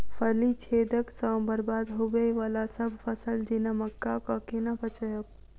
फली छेदक सँ बरबाद होबय वलासभ फसल जेना मक्का कऽ केना बचयब?